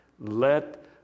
Let